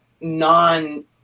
non